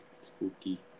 spooky